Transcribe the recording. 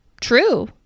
true